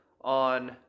on